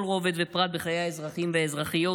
רובד ופרט בחיי האזרחים והאזרחיות,